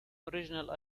original